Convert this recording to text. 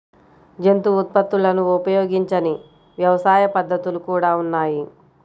జంతు ఉత్పత్తులను ఉపయోగించని వ్యవసాయ పద్ధతులు కూడా ఉన్నాయి